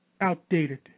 outdated